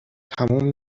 تموم